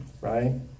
right